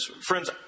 friends